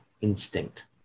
instinct